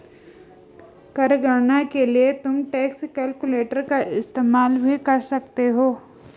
कर गणना के लिए तुम टैक्स कैलकुलेटर का इस्तेमाल भी कर सकते हो